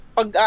Pag